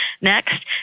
next